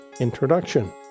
introduction